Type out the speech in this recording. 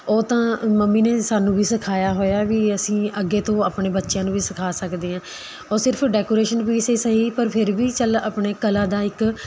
ਉਹ ਤਾਂ ਮੰਮੀ ਨੇ ਸਾਨੂੰ ਵੀ ਸਿਖਾਇਆ ਹੋਇਆ ਵੀ ਅਸੀਂ ਅੱਗੇ ਤੋਂ ਆਪਣੇ ਬੱਚਿਆਂ ਨੂੰ ਵੀ ਸਿਖਾ ਸਕਦੇ ਹਾਂ ਉਹ ਸਿਰਫ਼ ਡੈਕੋਰੇਸ਼ਨ ਪੀਸ ਹੀ ਸਹੀ ਪਰ ਫਿਰ ਵੀ ਚੱਲ ਆਪਣੀ ਕਲਾ ਦਾ ਇੱਕ